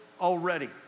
already